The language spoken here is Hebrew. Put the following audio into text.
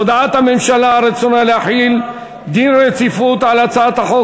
הודעת הממשלה על רצונה להחיל דין רציפות על הצעת חוק